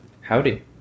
Howdy